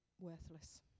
worthless